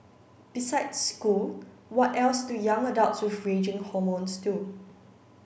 besides school what else do young adults with raging hormones do